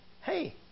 Hey